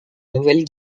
nouvelle